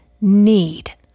need